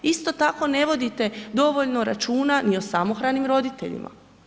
Isto tako, ne vodite dovoljno računa ni o samohranim roditeljima.